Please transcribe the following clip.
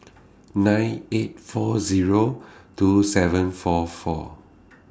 nine eight four Zero two seven four four